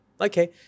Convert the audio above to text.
okay